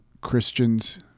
Christians